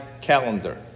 calendar